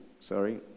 sorry